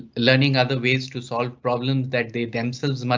learning other ways to solve problems that they themselves. and but